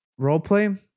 Roleplay